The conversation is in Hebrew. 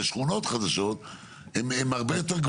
לשכונות חדשות הם הרבה יותר גבוהים.